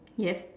yes